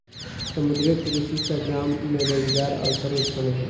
समुद्रीय कृषि सॅ गाम मे रोजगारक अवसर उत्पन्न भेल